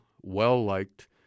well-liked